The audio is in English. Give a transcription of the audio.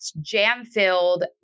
jam-filled